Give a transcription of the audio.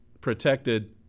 protected